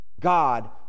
God